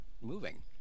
moving